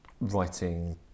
writing